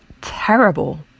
terrible